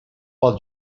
pel